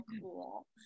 cool